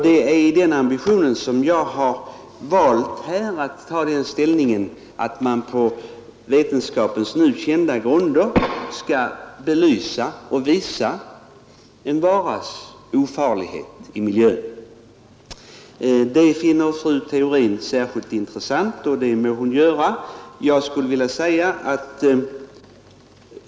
Det är i den ambitionen som jag här har valt att ta den ställningen att man på vetenskapens nu kända grunder skall belysa och visa en varas ofarlighet i miljön. Det finner fru Theorin särskilt intressant, och det må hon göra.